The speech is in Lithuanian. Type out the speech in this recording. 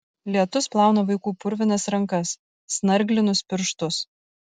lietus plauna vaikų purvinas rankas snarglinus pirštus